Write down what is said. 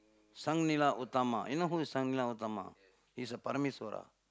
Sang-Nila-Utama you know who's Sang-Nila-Utama he's a Parameswara